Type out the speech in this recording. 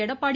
Edappadi